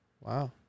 Wow